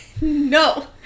No